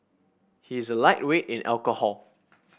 he is a lightweight in alcohol